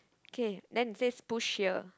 okay then it says push here